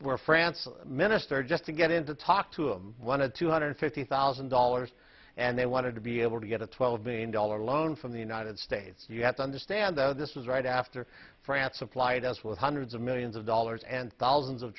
where france minister just to get in to talk to m one a two hundred fifty thousand dollars and they wanted to be able to get a twelve million dollar loan from the united states you have to understand though this is right after france supplied us with hundreds of millions of dollars and thousands of